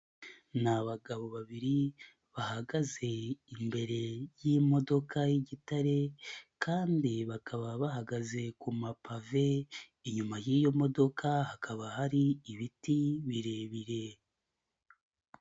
Ni abagabo babiri bahagaze imbere y'imodoka y'igitare kandi bakaba bahagaze kuma pave, inyuma y'iyo modoka hakaba hari ibiti birebire.